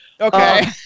Okay